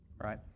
right